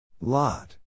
Lot